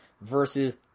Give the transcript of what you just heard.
versus